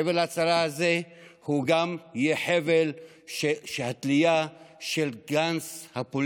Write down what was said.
חבל ההצלה הזה גם יהיה חבל התלייה הפוליטי של גנץ.